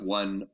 one